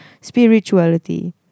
Spirituality